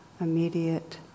immediate